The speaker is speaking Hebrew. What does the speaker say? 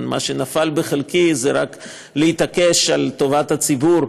מה שנפל בחלקי זה רק להתעקש על טובת הציבור,